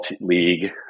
League